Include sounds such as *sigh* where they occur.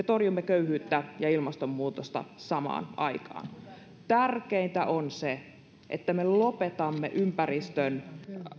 *unintelligible* torjumme köyhyyttä ja ilmastonmuutosta samaan aikaan tärkeintä on se että me lopetamme ympäristön